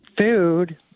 food